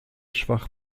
schwach